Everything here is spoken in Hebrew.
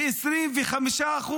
ב-25%.